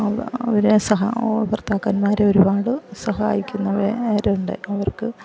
അവ അവരെ സഹാ ഭർത്താക്കന്മാരെ ഒരുപാട് സഹായിക്കുന്നവരുണ്ട് അവർക്ക്